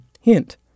Hint